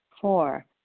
Four